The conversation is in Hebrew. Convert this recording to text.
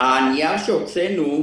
הנייר שהוצאנו,